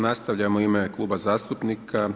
Nastavljamo u ime kluba zastupnika.